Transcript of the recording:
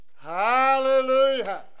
Hallelujah